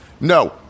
no